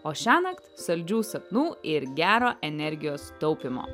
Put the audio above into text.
o šiąnakt saldžių sapnų ir gero energijos taupymo